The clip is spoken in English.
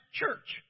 church